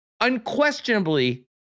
unquestionably